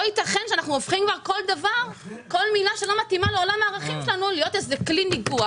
לא ייתכן שכל מילה שלא מתאימה לעולם הערכים שלנו הופכת לכלי ניגוח.